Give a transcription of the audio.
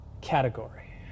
category